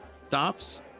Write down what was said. stops